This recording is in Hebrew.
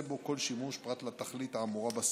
בו כל שימוש פרט לתכלית האמורה בסעיף.